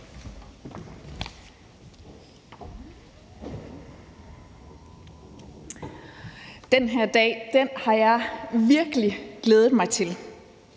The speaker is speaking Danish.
Den her dag har jeg virkelig glædet mig til,